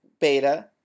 beta